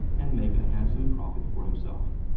and make a handsome profit for himself.